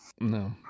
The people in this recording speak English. No